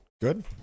good